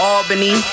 Albany